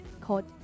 called